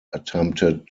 attempted